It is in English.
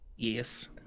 Yes